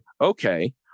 okay